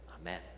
amen